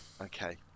Okay